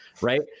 right